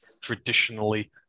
traditionally